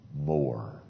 more